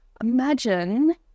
imagine